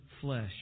flesh